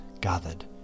gathered